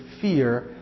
fear